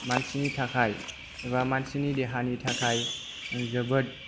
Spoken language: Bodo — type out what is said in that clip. मानसिनि थाखाय एबा मानसिनि देहानि थाखाय जोबोद